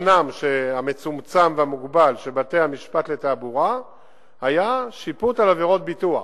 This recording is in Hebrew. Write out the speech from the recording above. מזמנם המצומצם והמוגבל של בתי-המשפט לתעבורה הוא שיפוט עבירות ביטוח.